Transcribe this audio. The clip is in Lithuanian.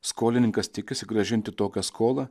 skolininkas tikisi grąžinti tokią skolą